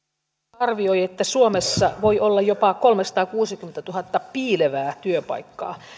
arvioi että suomessa voi olla jopa kolmesataakuusikymmentätuhatta piilevää työpaikkaa